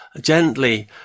gently